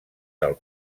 del